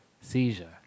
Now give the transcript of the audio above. seizure